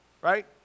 Right